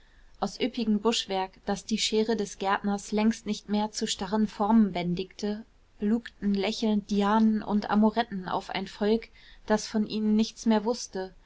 aus üppigem buschwerk das die schere des gärtners längst nicht mehr zu starren formen bändigte lugten lächelnd dianen und amoretten auf ein volk das von ihnen nichts mehr wußte